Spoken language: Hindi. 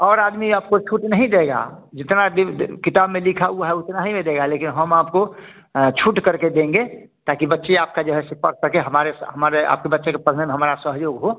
और आदमी आपको छूट नहीं देगा जितना किताब में लिखा हुआ है उतना ही में देगा लेकिन हम आपको छूट करके देंगे ताकि बच्चे आपका जो है से पढ़ सकें हमारे हमारे आपके बच्चे के पढ़ने में हमारा सहयोग हो